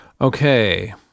okay